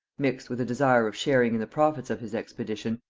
mixed with a desire of sharing in the profits of his expedition,